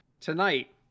tonight